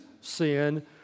sin